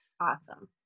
Awesome